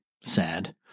sad